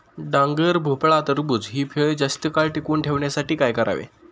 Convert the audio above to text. डांगर, भोपळा, टरबूज हि फळे जास्त काळ टिकवून ठेवण्यासाठी काय करावे?